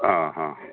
ആ ആ ഹാ